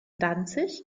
danzig